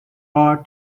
are